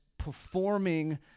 performing